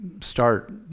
start